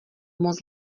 moc